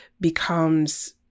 becomes